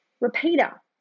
Repeater